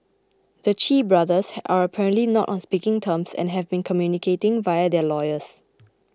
the Chee brothers ha are apparently not on speaking terms and have been communicating via their lawyers